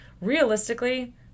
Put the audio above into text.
realistically